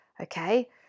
okay